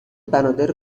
بنادر